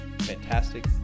fantastic